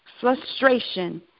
Frustration